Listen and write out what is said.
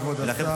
ולכם,